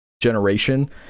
generation